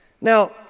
Now